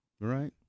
Right